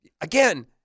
again